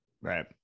right